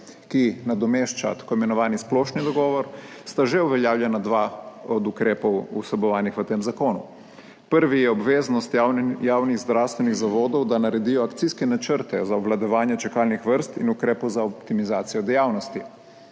ki nadomešča tako imenovani splošni dogovor, sta že uveljavljena dva od ukrepov, vsebovanih v tem zakonu. Prvi je obveznost javnih zdravstvenih zavodov, da naredijo akcijske načrte za obvladovanje čakalnih vrst in ukrepov za optimizacijo dejavnosti.